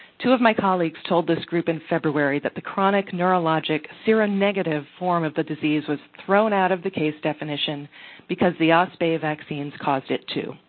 two of my colleagues told this group in february that the chronic neurologic seronegative form of the disease was thrown out of the case definition because the ospa vaccines caused it to.